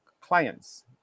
clients